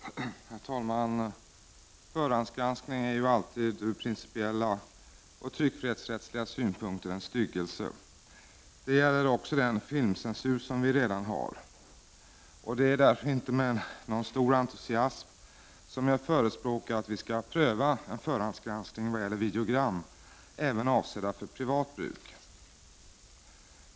Herr talman! Förhandsgranskning är ur principiella och tryckfrihetsrättsliga synpunkter alltid en styggelse. Det gäller också den filmcensur som vi redan har. Det är därför inte med någon stor entusiasm som jag förespråkar att vi skall pröva en förhandsgranskning vad gäller videogram även avsedda för privat bruk.